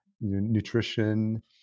nutrition